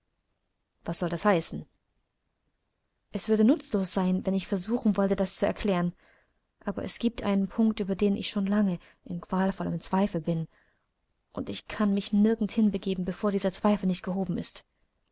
was soll das heißen es würde nutzlos sein wenn ich versuchen wollte das zu erklären aber es giebt einen punkt über den ich schon lange in qualvollem zweifel bin und ich kann mich nirgend hin begeben bevor dieser zweifel nicht gehoben ist